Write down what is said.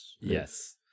Yes